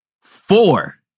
Four